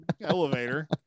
elevator